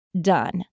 done